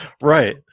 Right